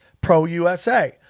pro-USA